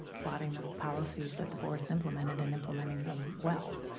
plotting the policies that the board has implemented and implementing them well,